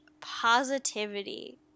positivity